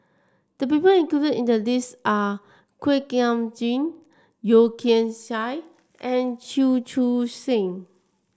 the people included in the list are Kuak Nam Jin Yeo Kian Chai and Chew Choo Seng